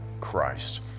christ